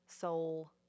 soul